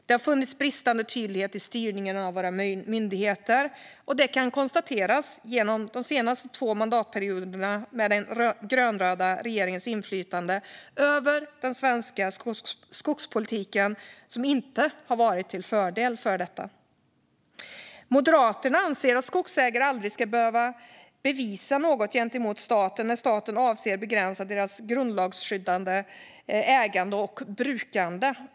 Det har funnits bristande tydlighet i styrningen av våra myndigheter, något som kan konstateras de senaste två mandatperioderna med den grönröda regeringens inflytande över den svenska skogspolitiken, vilket inte har varit till fördel för detta. Moderaterna anser att skogsägare aldrig ska behöva bevisa något gentemot staten när staten avser att begränsa deras grundlagsskyddade ägande och brukande.